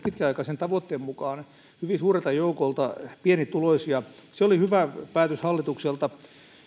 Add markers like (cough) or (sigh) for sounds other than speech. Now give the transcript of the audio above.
(unintelligible) pitkäaikaisen tavoitteen mukaan hyvin suurelta joukolta pienituloisia se oli hyvä päätös hallitukselta